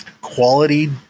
quality